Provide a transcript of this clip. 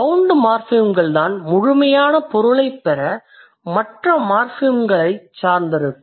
bound மார்ஃபிம்கள் தான் முழுமையான பொருளைப் பெற மற்ற மார்ஃபிம்களைச் சார்ந்திருக்கும்